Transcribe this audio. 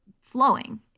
flowing